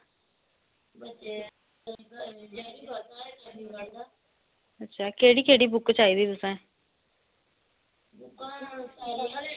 अच्छा केह्ड़ी केह्ड़ी बुक चाहदी तुसेंगी